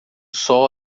sol